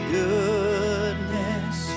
goodness